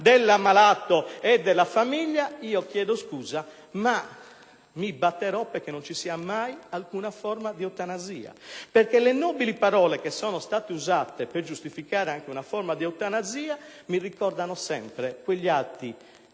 dell'ammalato e della famiglia. Chiedo scusa, ma mi batterò perché non ci sia mai alcuna forma di eutanasia. Le nobili parole che sono state usate per giustificare una forma di eutanasia mi ricordano sempre quegli atti